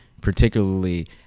particularly